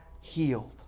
healed